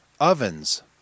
ovens